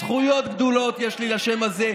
זכויות גדולות יש לי לשם הזה.